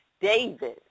David